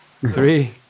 Three